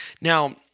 Now